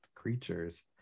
creatures